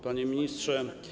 Panie Ministrze!